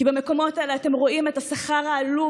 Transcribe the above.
כי במקומות האלה אתם רואים את השכר העלוב